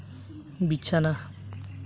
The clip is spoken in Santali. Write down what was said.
ᱵᱤᱪᱷᱱᱟᱹ